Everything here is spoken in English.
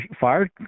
fired